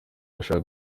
arashaka